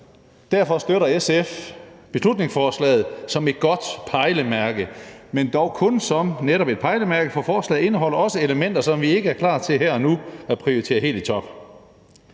Derfor støtter SF beslutningsforslaget som et godt pejlemærke, men dog kun som netop et pejlemærke. For forslaget indeholder også elementer, som vi ikke er klar til her og nu at prioritere helt i top.